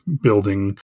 building